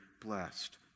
blessed